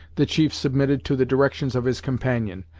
the chief submitted to the directions of his companion,